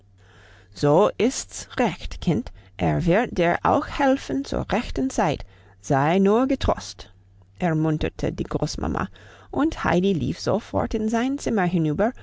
so ist's recht kind er wird dir auch helfen zur rechten zeit sei nur getrost ermunterte die großmama und heidi lief sofort in sein zimmer hinüber